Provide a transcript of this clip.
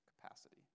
capacity